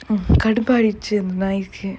mm கடுபாகிடிச்சு அந்த நாயி:kaduppaagidichu antha naayi